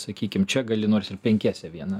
sakykim čia gali nors ir penkiese vieną